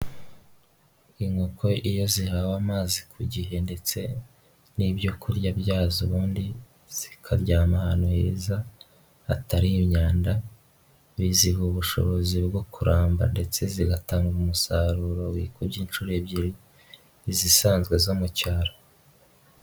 Inkoko iyo zihawe amazi ku gihe ndetse n'ibyo kurya byazo ubundi zikaryama ahantu heza hatari imyanda biziha ubushobozi bwo kuramba ndetse zigatanga umusaruro wikubye inshuro ebyiri izisanzwe zo mu cyaro.